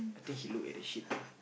I think he look at the sheep